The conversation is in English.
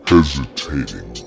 Hesitating